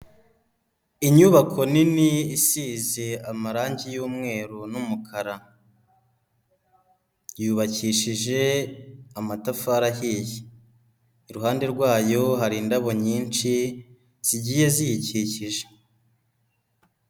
Inyubako nini isize amarangi y'umweru n'umukara, yubakishije amatafari ahiye, iruhande rwayo hari indabo nyinshi zigiye ziyikikije.